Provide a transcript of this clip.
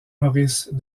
maurice